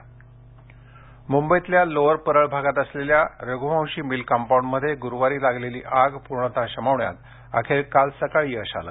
आग मूंबईतल्या लोअर परळ भागात असलेल्या रघुवंशी मिल कंपाऊंडमध्ये गुरूवारी लागलेली आग पूर्णतः शमवण्यात अखेर काल सकाळी यश आलं